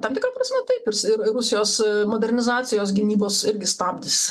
tam tikra prasme taip ir ir rusijos modernizacijos gynybos irgi stabdis